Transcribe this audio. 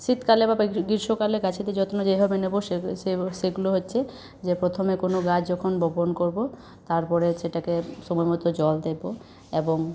শীতকালে বা গ্রী গ্রীষ্মকালে গাছেতে যত্ন যেভাবে নেবো সেগুলো সেগুলো হচ্ছে যে প্রথমে কোনো গাছ যখন বপন করবো তারপরে সেটাকে সময় মতো জল দেবো এবং